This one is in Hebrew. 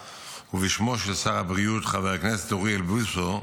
ובשמו של שר הבריאות חבר הכנסת אוריאל בוסו,